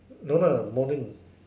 no lah morning